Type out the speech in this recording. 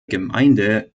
gemeinde